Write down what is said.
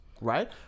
right